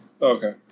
Okay